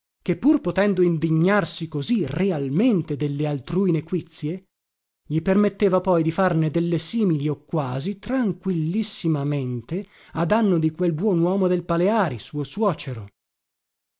che pur potendo indignarsi così realmente delle altrui nequizie gli permetteva poi di farne delle simili o quasi tranquillissimamente a danno di quel buon uomo del paleari suo suocero